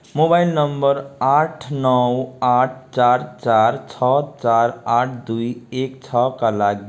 mobile number आठ नौ आठ चार चार छ चार आठ दुई एक छका लागि कोविन पोर्टलमा लगइन गर्नका लागि ओटिपी छ छ छ छ नौ तिन हो